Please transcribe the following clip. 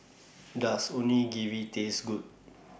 Does Onigiri Taste Good